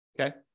Okay